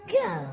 go